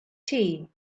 tea